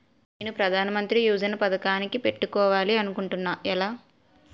నేను ప్రధానమంత్రి యోజన పథకానికి పెట్టుకోవాలి అనుకుంటున్నా ఎలా?